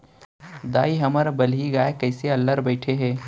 दाई, हमर बलही गाय कइसे अल्लर बइठे हे